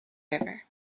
river